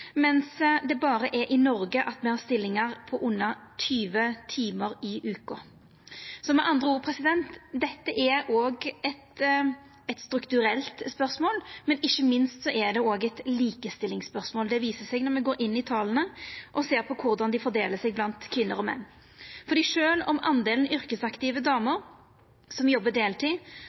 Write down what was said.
mens det er berre i Noreg me har stillingar på under 20 timar i veka. Med andre ord er dette eit strukturelt spørsmål, men ikkje minst er det òg eit likestillingsspørsmål – det viser seg når me går inn i tala og ser på korleis dei fordeler seg blant kvinner og menn. For sjølv om talet på yrkesaktive damer som jobbar deltid,